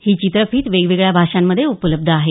ही चित्रफित वेगवेगळ्या भाषामध्ये उपलब्ध आहे